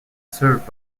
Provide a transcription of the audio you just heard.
served